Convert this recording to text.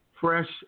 Fresh